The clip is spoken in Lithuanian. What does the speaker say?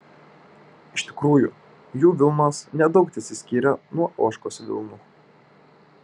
iš tikrųjų jų vilnos nedaug tesiskyrė nuo ožkos vilnų